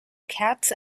cats